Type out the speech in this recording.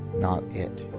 not it.